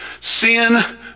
Sin